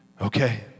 Okay